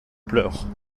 pleurs